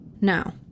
Now